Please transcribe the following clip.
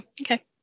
okay